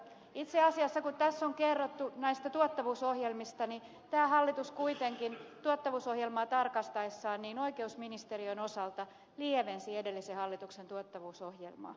itse asiassa kun tässä on kerrottu näistä tuottavuusohjelmista niin tämä hallitus kuitenkin tuottavuusohjelmaa tarkastaessaan oikeusministeriön osalta lievensi edellisen hallituksen tuottavuusohjelmaa